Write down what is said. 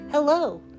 Hello